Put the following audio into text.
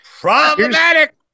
problematic